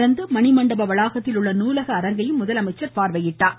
தொடர்ந்து மணிமண்டப வளாகத்தில் உள்ள நூலக அரங்கையும் முதலமைச்சர் பார்வையிட்டார்